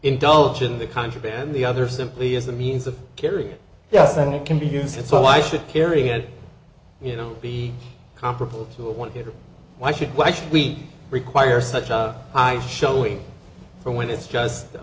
indulge in the contraband the other simply as a means of caring yes then it can be used so why should carrying it you know be comparable to want it or why should why should we require such a high showing for when it's just a